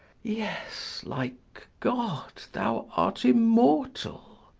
yes, like god, thou art immortal!